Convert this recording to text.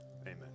Amen